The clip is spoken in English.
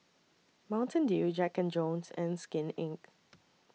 Mountain Dew Jack Jones and Skin Inc